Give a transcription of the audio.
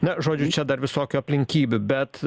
na žodžiu čia dar visokių aplinkybių bet